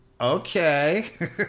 Okay